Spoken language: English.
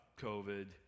COVID